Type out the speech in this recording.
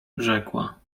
rzekła